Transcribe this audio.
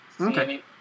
Okay